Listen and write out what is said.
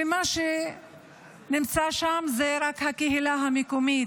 ומה שנמצא שם זה רק הקהילה המקומית